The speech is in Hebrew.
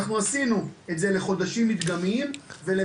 אנחנו עשינו את זה לחודשים מדגמיים ויצא